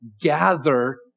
gather